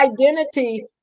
identity